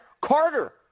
Carter